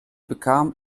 bekam